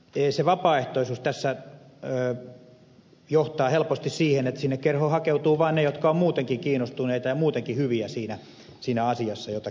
se vapaaehtoisuus tässä johtaa helposti siihen että sinne kerhoon hakeutuvat vain ne jotka ovat muutenkin kiinnostuneita ja muutenkin hyviä siinä asiassa jota kerhossa käsitellään